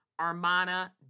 Armana